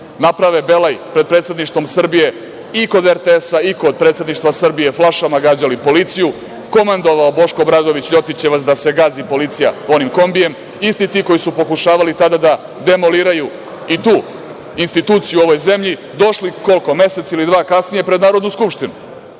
naprave belaj pred predsedništvom Srbije i kod RTS-a i kod predsedništva Srbije, flašama gađali policiju, komandovao Boško Obradović LJotićevac da se gazi policija onim kombijem. Isti ti koji su pokušavali tada da demoliraju i tu instituciju u ovoj zemlji, došli mesec ili dva kasnije pred Narodnu skupštinu,